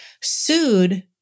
sued